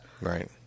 Right